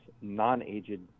non-aged